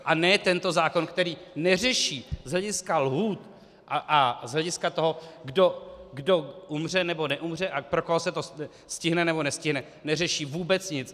A ne tento zákon, který neřeší z hlediska lhůt a z hlediska toho, kdo umře, nebo neumře a pro koho se to stihne, nebo nestihne, neřeší vůbec nic.